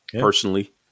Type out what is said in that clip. personally